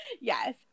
yes